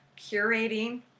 curating